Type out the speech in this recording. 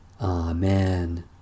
Amen